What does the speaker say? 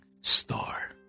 star